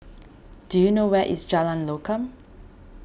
do you know where is Jalan Lokam